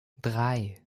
drei